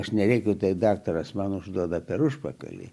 aš neveikiu tai daktaras man užduoda per užpakalį